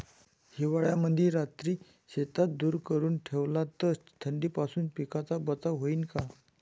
हिवाळ्यामंदी रात्री शेतात धुर करून ठेवला तर थंडीपासून पिकाचा बचाव होईन का?